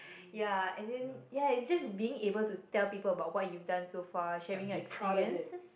yeah and then yeah it's just being able to tell people what you have done so far sharing your experience